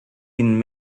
been